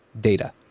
data